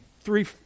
three